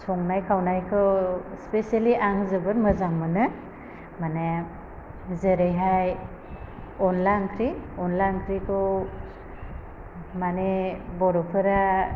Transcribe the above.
संनाय खावनायखौ स्पेसियेलि आं जोबोद मोजां मोनो माने जेरैहाय अनला ओंख्रि अनला ओंख्रिखौ माने बर'फोरा